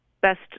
best